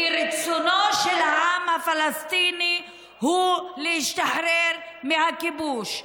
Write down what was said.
כי רצונו של העם הפלסטיני הוא להשתחרר מהכיבוש.